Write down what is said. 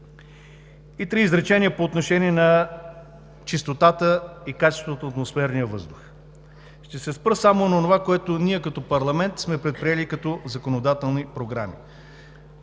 Три изречения по отношение на чистотата и качеството на атмосферния въздух. Ще се спра само на онова, което ние като парламент сме предприели като законодателни програми.